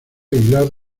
aguilar